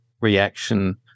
reaction